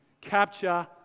capture